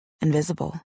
Invisible